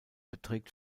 betrug